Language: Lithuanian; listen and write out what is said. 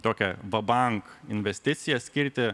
tokią vabank investiciją skirti